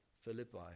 Philippi